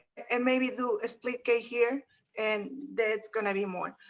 and maybe do a split cake here and there's gonna be more.